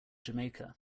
jamaica